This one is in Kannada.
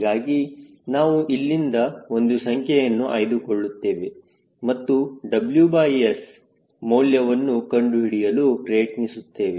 ಹೀಗಾಗಿ ನಾವು ಇಲ್ಲಿಂದ ಒಂದು ಸಂಖ್ಯೆಯನ್ನು ಆಯ್ದುಕೊಳ್ಳುತ್ತೇವೆ ಮತ್ತು WS ಮೌಲ್ಯವನ್ನು ಕಂಡುಹಿಡಿಯಲು ಪ್ರಯತ್ನಿಸುತ್ತೇವೆ